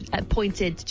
appointed